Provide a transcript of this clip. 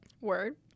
Word